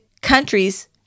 countries